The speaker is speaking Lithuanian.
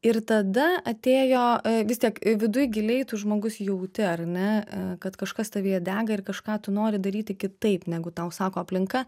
ir tada atėjo vis tiek viduj giliai tu žmogus jauti ar ne kad kažkas tavyje dega ir kažką tu nori daryti kitaip negu tau sako aplinka